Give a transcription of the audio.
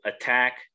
attack